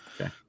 Okay